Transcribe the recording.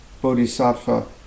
bodhisattva